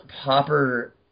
popper